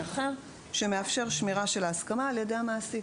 אחר שמאפשר שמירה של ההסכמה על-ידי המעסיק.